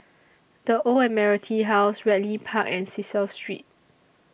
The Old Admiralty House Ridley Park and Cecil Street